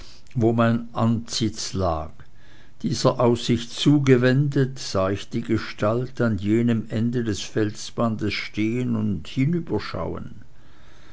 wo mein amtssitz lag dieser aussicht zugewendet sah ich die gestalt an jenem ende des felsbandes stehen und